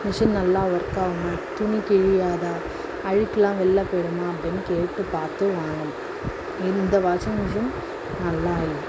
machine நல்லா ஒர்க்காகுமா துணி கிழியாத அழுக்கெலாம் வெளியில் போயிடுமா அப்படினு கேட்டு பார்த்து வாங்கணும் இந்த வாஷிங் மிஷின் நல்லா இல்லை